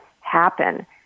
happen